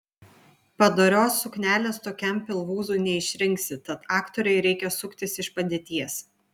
padorios suknelės tokiam pilvūzui neišrinksi tad aktorei reikia suktis iš padėties